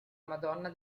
madonna